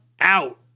out